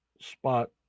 spot